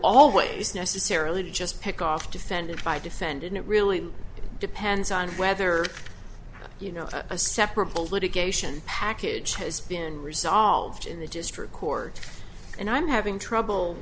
always necessarily just pick off defended by defendant it really depends on whether you know a separable litigation package has been resolved in the district court and i'm having trouble